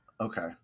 Okay